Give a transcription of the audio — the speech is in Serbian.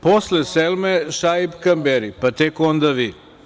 Posle Selme Šaip Kamberi, pa tek onda vi.